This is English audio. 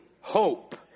hope